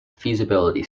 feasibility